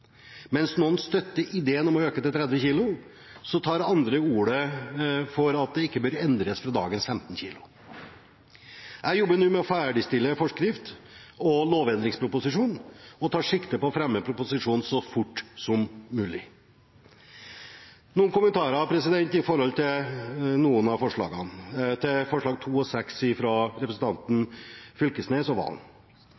Mens noen støtter ideen om å øke til 30 kg, tar andre til orde for at det ikke bør endres fra dagens 15 kg. Jeg jobber nå med å ferdigstille forskriften og lovendringsproposisjonen og tar sikte på å fremme proposisjonen så fort som mulig. Jeg har noen kommentarer til punktene 2 og 6 i representantforslaget fra representantene Knag Fylkesnes og